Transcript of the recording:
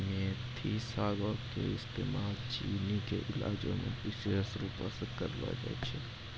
मेथी सागो के इस्तेमाल चीनी के इलाजो मे विशेष रुपो से करलो जाय छै